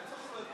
אלקטרונית.